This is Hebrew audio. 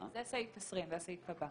זה סעיף (20), זה הסעיף הבא.